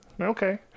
Okay